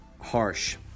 harsh